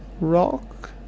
rock